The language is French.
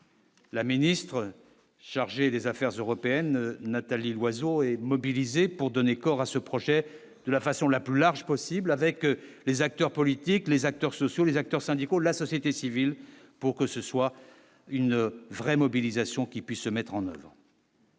La ministre chargée des affaires européennes Nathalie Loiseau est mobilisée pour donner corps à ce projet de la façon la plus large possible avec les acteurs politiques, les acteurs sociaux, les acteurs syndicaux de la société civile pour que ce soit une vraie mobilisation qui puisse mettre en oeuvre.